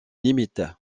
limite